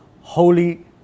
holy